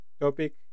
topic